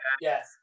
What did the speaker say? Yes